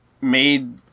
made